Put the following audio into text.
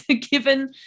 given